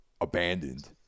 abandoned